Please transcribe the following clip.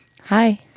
Hi